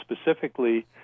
specifically